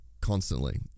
constantly